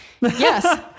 Yes